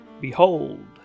Behold